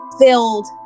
filled